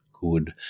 good